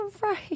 Right